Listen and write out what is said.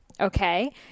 okay